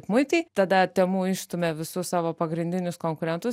muitai tada temu išstumia visus savo pagrindinius konkurentus